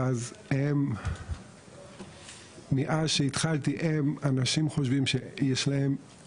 ואז הם מאז שהתחלתי אנשים חושבים שיש להם